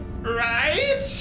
Right